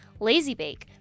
LazyBake